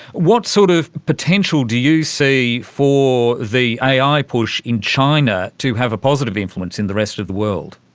what sort of potential do you see for the ai push in china to have a positive influence in the rest of the world?